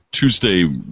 Tuesday